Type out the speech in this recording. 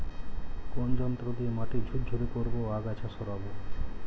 কোন যন্ত্র দিয়ে মাটি ঝুরঝুরে করব ও আগাছা সরাবো?